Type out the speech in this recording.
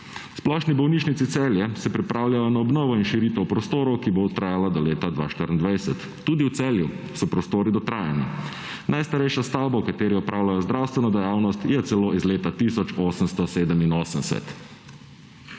Splošni bolnišnici Celje se pripravljajo na obnovo in širitev prostorov, ki bo trajala do leta 2024. Tudi v Celju so prostori dotrajani. Najstarejša stavba, v kateri opravljajo zdravstveno dejavnost, je celo iz leta 1887.